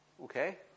Okay